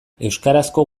euskarazko